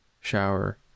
shower